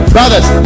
Brothers